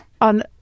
on